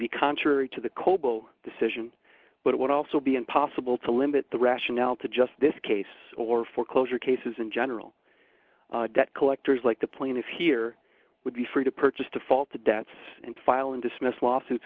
be contrary to the coble decision but it would also be impossible to limit the rationale to just this case or foreclosure cases and general debt collectors like the plaintiff here would be free to purchase default to debts and file and dismiss lawsuits